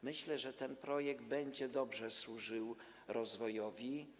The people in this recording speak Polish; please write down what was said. Myślę, że ten projekt będzie dobrze służył rozwojowi.